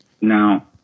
Now